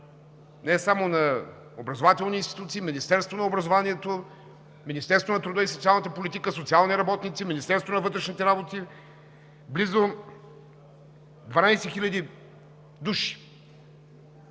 не само на образователни институции, Министерството на образованието, Министерството на труда и социалната политика, социални работници, Министерството на вътрешните работи, близо 12 хиляди